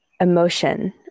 emotion